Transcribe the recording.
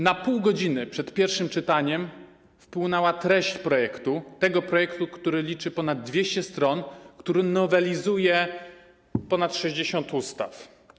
Na 0,5 godziny przed pierwszym czytaniem wpłynęła treść projektu, tego projektu, który liczy ponad 200 stron, który nowelizuje ponad 60 ustaw.